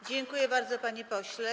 Dziękuję bardzo, panie pośle.